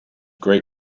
great